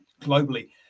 globally